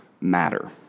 matter